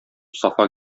сафа